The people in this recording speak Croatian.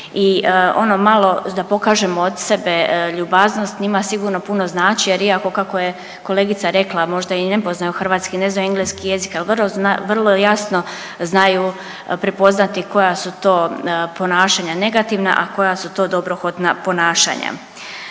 i ono malo da pokažemo od sebe ljubaznost, njima sigurno puno znači jer iako kako je kolegica rekla možda i ne poznaju Hrvatsku, ne znaju engleski jezik, ali vrlo jasno znaju prepoznati koja su to ponašanja negativna, a koja su to dobrohotna ponašanja.